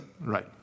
Right